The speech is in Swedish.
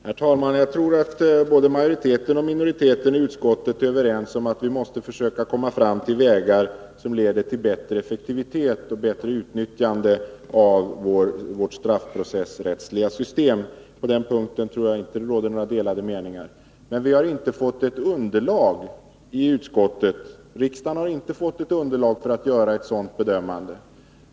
Herr talman! Jag tror att både majoriteten och minoriteten i utskottet är överens om att vi måste försöka komma fram till vägar som leder till bättre effektivitet och bättre utnyttjande av vårt straffprocessrättsliga system. På den punkten tror jag inte att det råder några delade meningar. Men utskottet och riksdagen har inte fått något underlag för att göra ett sådant bedömande.